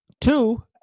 two